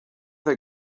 they